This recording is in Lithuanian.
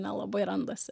nelabai randasi